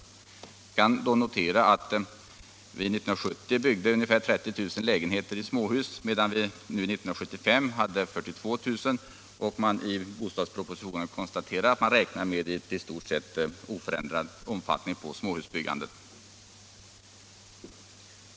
År 1970 byggdes ungefär 30 000 lägenheter i småhus, 1975 byggdes 42 000 och i propositionen räknar man med ett i stort sett oförändrat småhusbyggande.